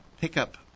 Pickup